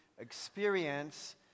experience